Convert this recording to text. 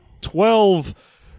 twelve